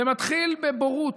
זה מתחיל בבורות.